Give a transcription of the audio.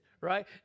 right